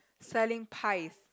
selling pies